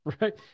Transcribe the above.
Right